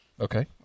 Okay